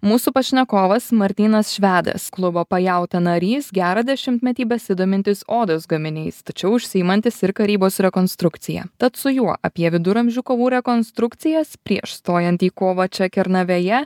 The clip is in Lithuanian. mūsų pašnekovas martynas švedas klubo pajauta narys gerą dešimtmetį besidomintis odos gaminiais tačiau užsiimantis ir karybos rekonstrukcija tad su juo apie viduramžių kovų rekonstrukcijas prieš stojant į kovą čia kernavėje